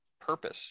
purpose